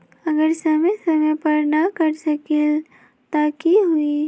अगर समय समय पर न कर सकील त कि हुई?